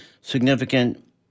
significant